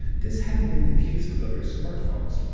this hadn't been the case with other smartphones,